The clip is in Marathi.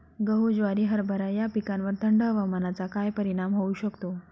गहू, ज्वारी, हरभरा या पिकांवर थंड हवामानाचा काय परिणाम होऊ शकतो?